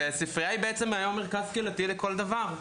וספריה היא בעצם היום מרכז קהילתי לכל דבר,